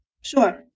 Sure